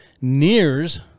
nears